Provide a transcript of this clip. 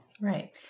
Right